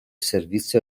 servizio